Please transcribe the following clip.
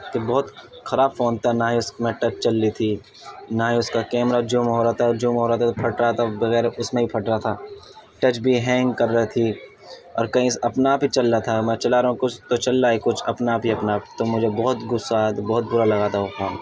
کہ بہت خراب فون تھا نہ ہی اس میں ٹچ چل رہی تھی نہ ہی اس کا کیمرہ جوم ہو رہا تھا جوم ہو رہا تھا تو پھٹ رہا تھا بغیر اس میں بھی پھٹ رہا تھا ٹچ بھی ہینگ کر رہے تھی اور کہیں اپنے آپ ہی چل رہا تھا میں چلا رہا ہوں کچھ تو چل رہا ہے کچھ اپنا آپ ہی اپنا آپ تو مجھے بہت غصہ آیا تھا تو بہت برا لگا تھا وہ فون